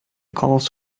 calls